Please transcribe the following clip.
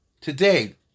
today